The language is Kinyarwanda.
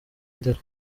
ndera